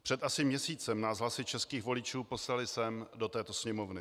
Před asi měsícem nás hlasy českých voličů poslaly sem, do této Sněmovny.